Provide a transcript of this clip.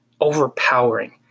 overpowering